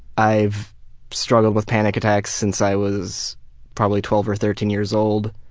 i've struggled with panic attacks since i was probably twelve or thirteen years old.